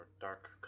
dark